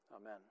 Amen